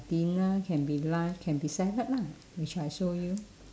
dinner can be lunch can be salad lah which I show you